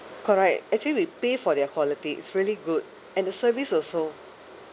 correct actually we pay for their quality it's really good and the service also